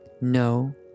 No